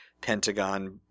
Pentagon